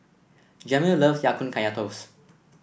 Jamil love Ya Kun Kaya Toast